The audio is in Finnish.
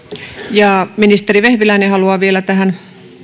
ja ministeri vehviläinen haluaa vielä tähän haluan täydentää